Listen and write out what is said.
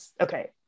Okay